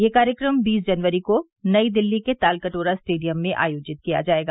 यह कार्यक्रम बीस जनवरी को नई दिल्ली के तालकटोरा स्टेडियम में आयोजित किया जाएगा